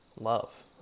love